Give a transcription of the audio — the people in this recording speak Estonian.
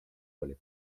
oli